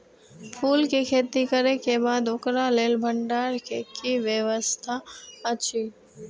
फूल के खेती करे के बाद ओकरा लेल भण्डार क कि व्यवस्था अछि?